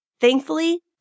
Thankfully